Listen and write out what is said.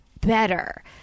better